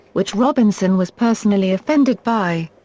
which robinson was personally offended by.